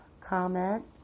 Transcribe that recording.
comment